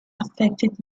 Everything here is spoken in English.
affected